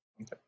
okay